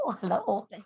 hello